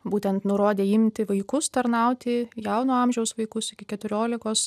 būtent nurodė imti vaikus tarnauti jauno amžiaus vaikus iki keturiolikos